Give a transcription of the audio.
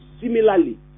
Similarly